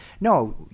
no